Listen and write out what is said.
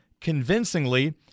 convincingly